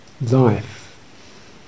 life